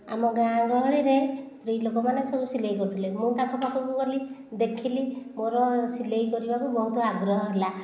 ଆମ ଗାଁ ଗହଳିରେ ସ୍ତ୍ରୀଲୋକମାନେ ସବୁ ସିଲେଇ କରୁଥିଲେ ମୁଁ ତାଙ୍କ ପାଖକୁ ଗଲି ଦେଖିଲି ମୋ'ର ସିଲେଇ କରିବାକୁ ବହୁତ ଆଗ୍ରହ ହେଲା